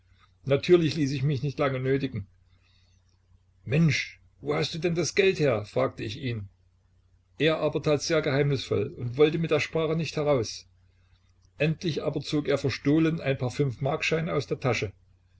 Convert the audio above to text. natürlich ließ ich mich nicht lange nötigen mensch wo hast du denn das geld her fragte ich ihn er aber tat sehr geheimnisvoll und wollte mit der sprache nicht heraus endlich aber zog er verstohlen ein paar fünfmarkscheine aus der tasche